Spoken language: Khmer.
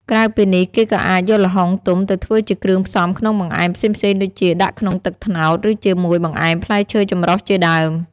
ក្រៅពីនេះ គេក៏អាចយកល្ហុងទុំទៅធ្វើជាគ្រឿងផ្សំក្នុងបង្អែមផ្សេងៗដូចជា ដាក់ក្នុងទឹកត្នោត ឬជាមួយបង្អែមផ្លែឈើចំរុះជាដើម។